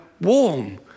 warm